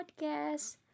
podcast